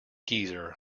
geezer